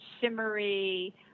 shimmery